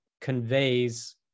conveys